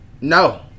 No